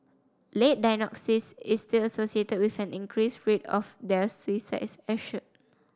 late diagnosis is still associated with an increased rate of deaths suicides have shown